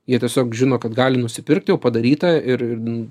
jie tiesiog žino kad gali nusipirkt jau padarytą ir